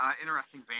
interesting